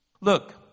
Look